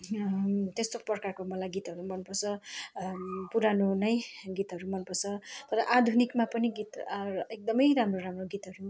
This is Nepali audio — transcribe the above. त्यस्तो प्रकारको मलाई गीतहरू मनपर्छ पुरानो नै गीतहरू मनपर्छ र आधुनिकमा पनि गीत आएर एकदमै राम्रो राम्रो गीतहरू